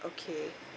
okay